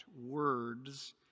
words